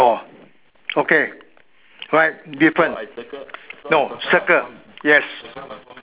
oh okay right different no circle yes